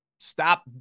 Stop